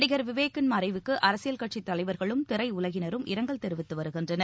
நடிகர் விவேக்கின் மறைவிற்கு அரசியல் கட்சி தலைவர்களும் திரை உலகினரும் இரங்கல் தெரிவித்து வருகின்றனர்